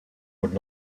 would